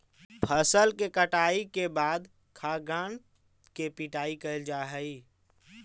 फसल के कटाई के बाद खाद्यान्न के पिटाई कैल जा हइ